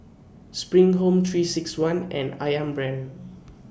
SPRING Home three six one and Ayam Brand